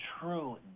true